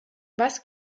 was